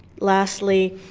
lastly,